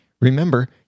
remember